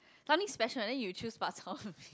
something special and then you choose bak-chor-mee